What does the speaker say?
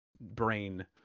brain